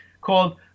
called